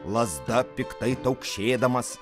lazda piktai taukšėdamas